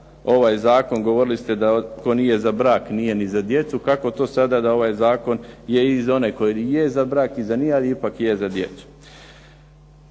ovaj zakon, govorili ste da tko nije za brak, nije ni za djecu, kako to sada da ovaj zakon je i za one koji je za brak i za nije, ali ipak je za djecu.